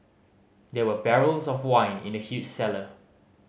there were barrels of wine in the huge cellar